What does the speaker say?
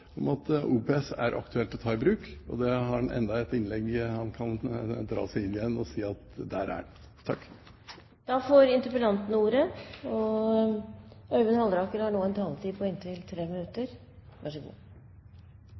om at OPS er aktuelt å ta i bruk. Han har enda et innlegg, der han kan dra seg inn igjen og si at han er